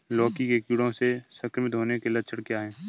लौकी के कीड़ों से संक्रमित होने के लक्षण क्या हैं?